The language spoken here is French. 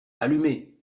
allumez